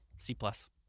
C-plus